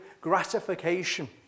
gratification